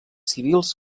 civils